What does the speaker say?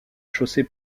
chaussée